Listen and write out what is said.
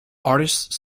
artists